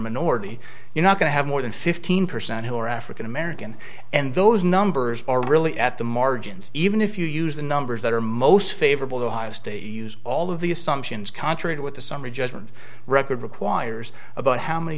minority you're not going to have more than fifteen percent who are african american and those numbers are really at the margins even if you use the numbers that are most favorable the highest use all of the assumptions contrary to what the summary judgment record requires about how many